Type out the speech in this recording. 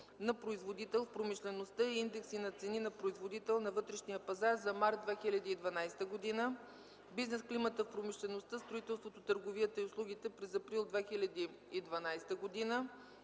на производител в промишлеността и индекси на цени на производител на вътрешния пазар за март 2012 г.”; „Бизнес климатът в промишлеността, строителството, търговията и услугите през април 2012 г.”;